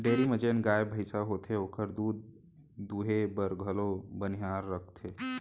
dairy म जेन गाय भईंस होथे ओकर दूद दुहे बर घलौ बनिहार रखथें